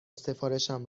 سفارشم